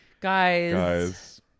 guys